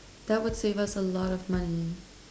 that would save us a lot of money